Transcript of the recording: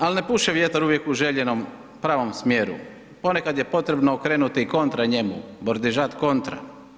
Ali ne puše vjetar uvijek u željenom pravom smjeru, ponekad je potrebno okrenuti i kontra njemu, bordižat kontra.